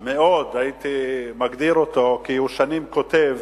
מאוד, הייתי מגדיר אותו, כי הוא שנים כותב